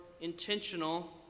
intentional